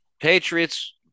Patriots